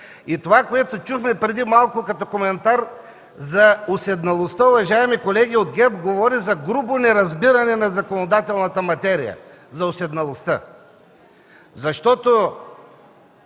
Това, което чухме преди малко като коментар за уседналостта, уважаеми колеги от ГЕРБ, говори за грубо неразбиране на законодателната материя за уседналостта. Вижте